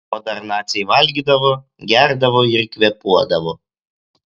o dar naciai valgydavo gerdavo ir kvėpuodavo